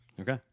Okay